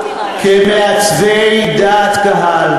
כמעצבי דעת קהל,